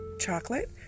chocolate